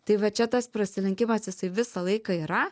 tai va čia tas prasilenkimas jisai visą laiką yra